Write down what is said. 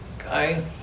okay